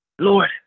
Lord